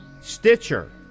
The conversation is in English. Stitcher